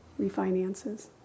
refinances